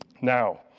Now